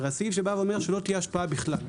הרי הסעיף שבא ואומר שלא תהיה השפעה בכלל,